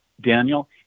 Daniel